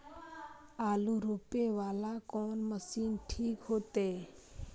आलू रोपे वाला कोन मशीन ठीक होते?